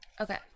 Okay